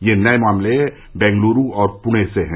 ये नए मामले बंगलुरू और पुणे से हैं